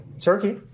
Turkey